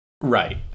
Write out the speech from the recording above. Right